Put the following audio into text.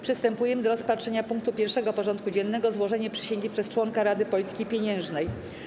Przystępujemy do rozpatrzenia punktu 1. porządku dziennego: Złożenie przysięgi przez członka Rady Polityki Pieniężnej.